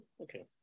okay